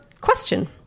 question